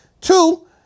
Two